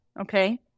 Okay